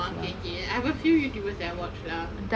orh okay K I have a few youtubers that I watch lah